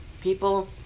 People